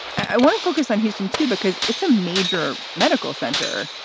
i want to focus on houston, too, because it's a major medical center.